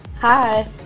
hi